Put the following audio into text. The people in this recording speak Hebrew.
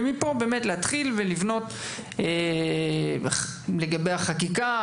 ומפה להתחיל ולבנות לגבי החקיקה,